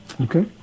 Okay